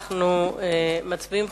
אנחנו מצביעים.